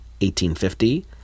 1850